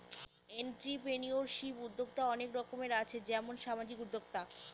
entrepreneurship উদ্যক্তা অনেক রকম আছে যেমন সামাজিক উদ্যোক্তা